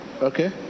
Okay